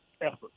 effort